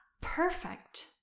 Perfect